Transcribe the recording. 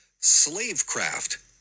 Slavecraft